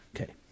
Okay